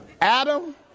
Adam